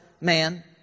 man